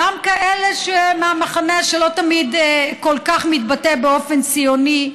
גם כאלה מהמחנה שלא תמיד מתבטא באופן כל כך ציוני,